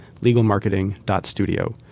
legalmarketing.studio